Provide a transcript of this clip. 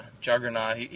Juggernaut